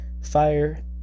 Fire